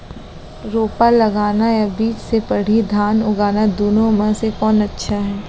रोपा लगाना या बीज से पड़ही धान उगाना दुनो म से कोन अच्छा हे?